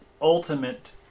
ultimate